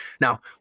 Now